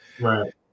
right